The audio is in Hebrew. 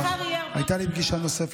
הייתה לי פגישה נוספת,